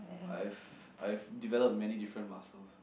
I've I've developed many different muscles